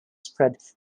spread